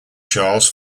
charles